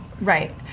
Right